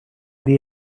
the